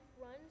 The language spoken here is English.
runs